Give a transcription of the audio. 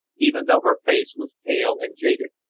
even though her face was pale and jaded,